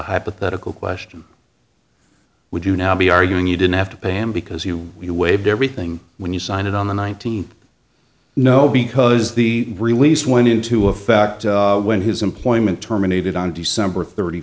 hypothetical question would you now be arguing you didn't have to pay him because he waived everything when you signed it on the one thousand no because the release went into effect when his employment terminated on december thirty